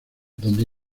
donde